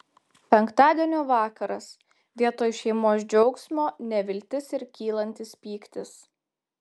penktadienio vakaras vietoj šeimos džiaugsmo neviltis ir kylantis pyktis